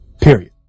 Period